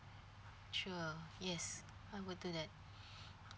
sure yes I will do that